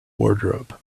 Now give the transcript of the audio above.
wardrobe